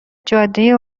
جاده